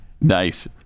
nice